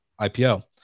IPO